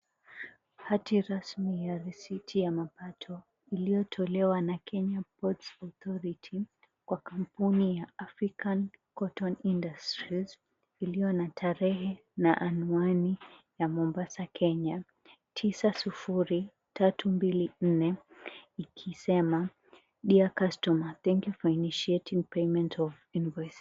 Hati rasmi ya risiti ya mapato iliyotolewa na Kenya Ports Authority kwa kampuni ya African Cotton Industries iliyo na tarehe na anwani ya Mombasa, kenya tisa, sufuri, tatu mbili, nne ikisema Dear customer thank you for initiating payment of invoice .